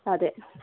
അതെ